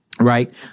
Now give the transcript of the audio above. Right